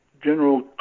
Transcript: General